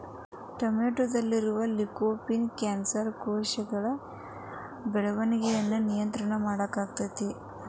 ಟೊಮೆಟೊದಲ್ಲಿರುವ lycopene cancer ಕೋಶಗಳ ಬೆಳವಣಿಗಯನ್ನ ನಿಯಂತ್ರಣ ಮಾಡ್ತೆತಿ